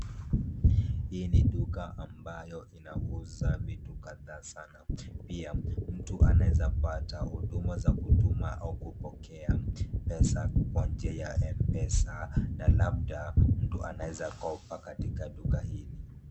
Hii ni duka ambayo inauza vitu kadhaa sana. Na pia mtu anaweza pata huduma za kutuma au kupokea pesa kwa njia ya m-pesa, na labda mtu anaweza kopa katika duka hili.